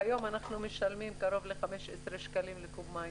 והיום אנחנו משלמים קרוב ל-15 שקלים לקו"ב מים.